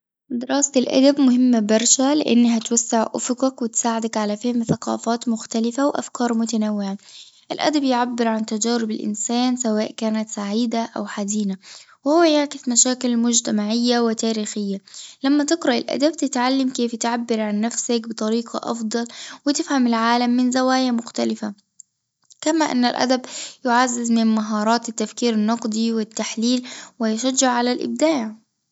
دراسة الأدب مهمة برشا، لإنها توسع أفقك وتساعدك على فهم ثقافات مختلفة وأفكار متنوعة، الأدب يعبرعن تجارب الإنسان سواء كانت سعيدة أو حزينة، وهو يعكس مشاكل مجتمعية وتاريخية، لما تقرأ الادب تتعلم كيف تعبر عن نفسك بطريقة أفضل، وتفهم العالم من زوايا مختلفة، كما أن الأدب يعزز من مهارات التفكير النقدي والتحليل ويشجع على الإبداع.